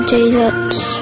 Jesus